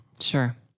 Sure